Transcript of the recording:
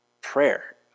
prayer